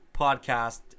podcast